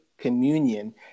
Communion